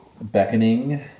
Beckoning